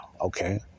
Okay